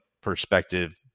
perspective